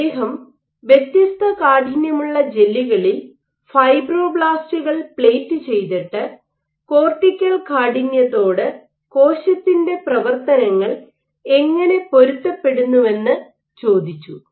അദ്ദേഹം വ്യത്യസ്ത കാഠിന്യമുള്ള ജെല്ലുകളിൽ ഫൈബ്രോബ്ലാസ്റ്റുകൾ പ്ലേറ്റ് ചെയ്തിട്ട് കോർട്ടിക്കൽ കാഠിന്യത്തോട് കോശത്തിന്റെ പ്രവർത്തനങ്ങൾ എങ്ങനെ പൊരുത്തപ്പെടുന്നുവെന്ന് ചോദിച്ചു